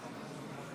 חבריי לאופוזיציה,